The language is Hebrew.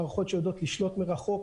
מערכות שיודעות לשלוט מרחוק